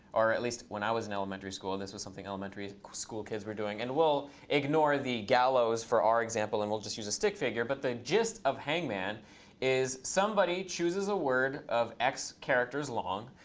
or at least when i was in elementary school, this was something elementary school kids were doing. and we'll ignore the gallows for our example, and we'll just use a stick figure. but the gist of hangman is somebody chooses a word of x characters long.